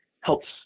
helps